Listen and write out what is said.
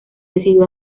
decidió